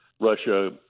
Russia